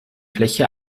fläche